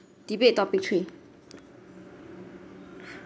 debate topic three